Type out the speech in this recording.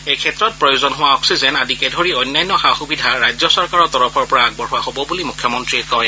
এই ক্ষেত্ৰত প্ৰয়োজন হোৱা অক্সিজেন আদিকে ধৰি অন্যান্য সা সুবিধা ৰাজ্য চৰকাৰৰ তৰফৰ পৰা আগবঢ়োৱা হ'ব বুলিও মুখ্যমন্ত্ৰীয়ে কয়